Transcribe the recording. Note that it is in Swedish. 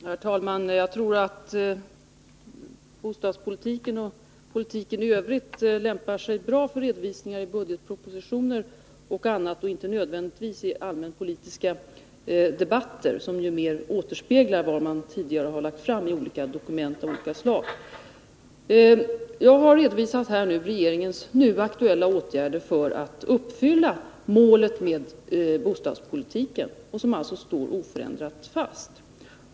Herr talman! Jag tror att bostadspolitiken och politiken i övrigt lämpar sig väl för redovisning i t.ex. budgetpropositioner och att de inte nödvändigtvis behöver redovisas i allmänpolitiska debatter, som ju mera återspeglar vad som tidigare har lagts fram i dokument av olika slag. Jag har här redovisat regeringens nu aktuella åtgärder för att uppfylla målet för bostadspolitiken, vilket alltså står oförändrat fast.